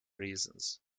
reasons